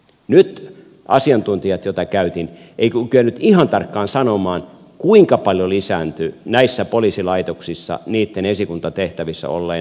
nyt asiantuntijat joita käytin eivät kyenneet ihan tarkkaan sanomaan kuinka paljon lisääntyi näissä poliisilaitoksissa esikuntatehtävissä olevan henkilöstön määrä